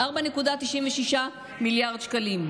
4.96 מיליארד שקלים,